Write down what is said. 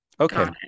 okay